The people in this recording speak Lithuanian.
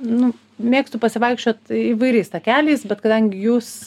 nu mėgstu pasivaikščiot įvairiais takeliais bet kadangi jūs